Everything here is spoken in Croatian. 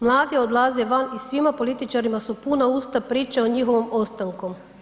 Mladi odlaze van i svima političarima su puna usta priče o njihovu ostanku.